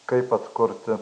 kaip atkurti